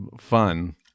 fun